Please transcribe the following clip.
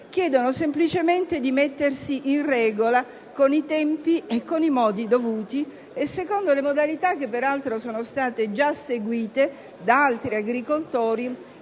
chiedono semplicemente di mettersi in regola, con i tempi e i modi dovuti e secondo modalità che peraltro sono state già seguite da altri agricoltori,